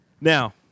Now